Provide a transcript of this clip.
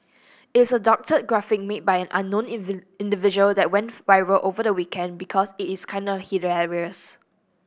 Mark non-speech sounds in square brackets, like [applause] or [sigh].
it's a doctored graphic made by an unknown [unintelligible] individual that went viral over the weekend because it is kinda hilarious